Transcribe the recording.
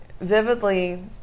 vividly